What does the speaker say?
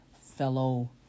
fellow